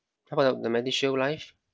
how about the the medishield life